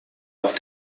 auf